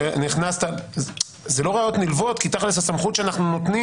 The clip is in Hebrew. זה לא ראיות נלוות כי הסמכות שאנחנו נותנים